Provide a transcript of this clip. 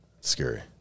scary